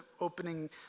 opening